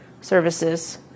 services